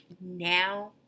now